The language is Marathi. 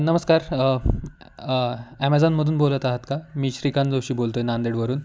नमस्कार ॲमेझॉनमधून बोलत आहात का मी श्रीकांत जोशी बोलतो आहे नांदेडवरून